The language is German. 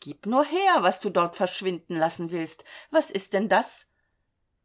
gib nur her was du dort verschwinden lassen willst was ist denn das